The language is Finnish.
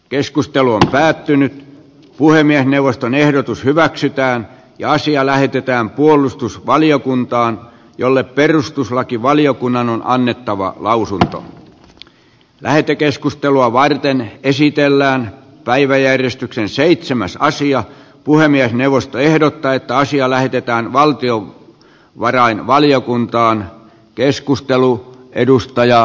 keskustelu on päättynyt puhemiesneuvoston ehdotus hyväksytään ja asia lähetetään puolustusvaliokuntaan jolle perustuslakivaliokunnan on annettava lausunto lähetekeskustelua varten esitellään päiväjärjestyksen seitsemässä asiat puhemiesneuvosto ehdottaa että asia lähetetään valtiovarainvaliokuntaan